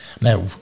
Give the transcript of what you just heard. Now